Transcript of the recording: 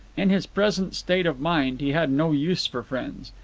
in his present state of mind he had no use for friends.